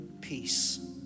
peace